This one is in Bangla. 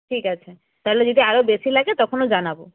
ঠিক আছে তাহলে যদি আরও বেশি লাগে তখনও জানাবো